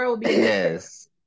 Yes